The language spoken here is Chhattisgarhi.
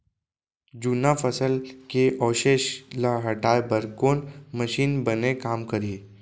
जुन्ना फसल के अवशेष ला हटाए बर कोन मशीन बने काम करही?